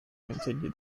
continue